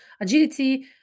agility